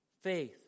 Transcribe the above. faith